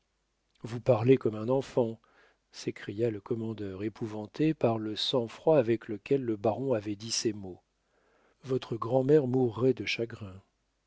vous parlez comme un enfant s'écria le commandeur épouvanté par le sang-froid avec lequel le baron avait dit ces mots votre grand'mère mourrait de chagrin